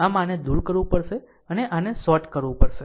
આમ આને દૂર કરવું પડશે અને આને શોર્ટ કરવું પડશે